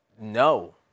No